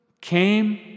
came